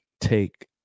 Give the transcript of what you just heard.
take